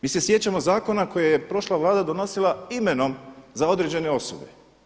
Mi se sjećamo zakona koje je prošla vlada donosila imenom za određene osobe.